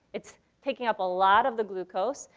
it's taking up a lot of the glucose.